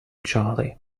charley